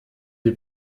the